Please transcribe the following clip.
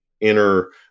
inner